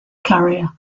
carrier